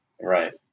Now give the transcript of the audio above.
Right